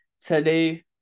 today